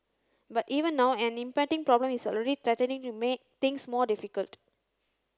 but even now an impending problem is already threatening to make things more difficult